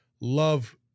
Love